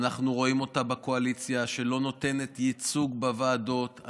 אנחנו רואים אותה בקואליציה שלא נותנת ייצוג בוועדות,